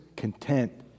Content